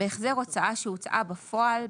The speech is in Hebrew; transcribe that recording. בהחזר הוצאה שהוצאה בפועל,